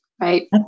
Right